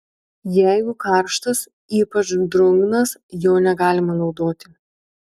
jeigu karštas ypač drungnas jo negalima naudoti